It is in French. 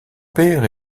père